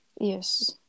Yes